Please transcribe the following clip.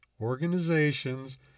organizations